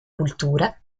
cultura